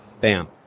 Bam